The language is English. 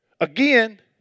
Again